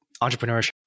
entrepreneurship